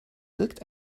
wirkt